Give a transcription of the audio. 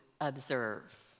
observe